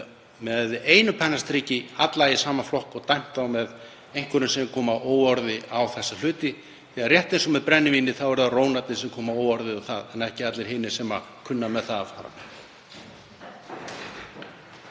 með einu pennastriki sett alla í sama flokk og dæmt út frá einhverjum sem koma óorði á þessa hluti því að rétt eins og með brennivínið eru það rónar sem koma óorði á það en ekki allir hinir sem kunna með það að fara.